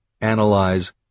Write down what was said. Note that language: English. analyze